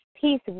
peace